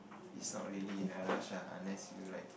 it's not really in a rush lah unless you like